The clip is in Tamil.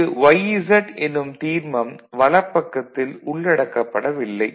இங்கு yz என்னும் தீர்மம் வலப்பக்கத்தில் உள்ளடக்கப்படவில்லை